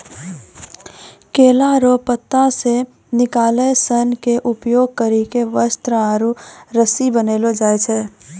केला रो पत्ता से निकालो सन के उपयोग करी के वस्त्र आरु रस्सी बनैलो जाय छै